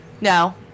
No